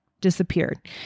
disappeared